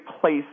place